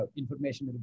information